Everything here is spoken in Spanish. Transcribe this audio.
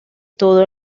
todo